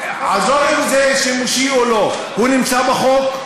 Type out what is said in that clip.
עזוב אם זה שימושי או לא, הוא נמצא בחוק?